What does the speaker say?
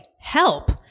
Help